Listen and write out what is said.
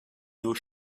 your